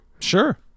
Sure